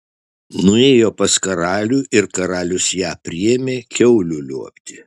nuėjo pas karalių ir karalius ją priėmė kiaulių liuobti